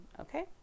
Okay